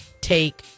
take